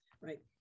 right